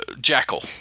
jackal